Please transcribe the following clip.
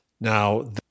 Now